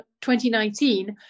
2019